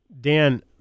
Dan